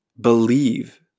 believe